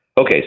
Okay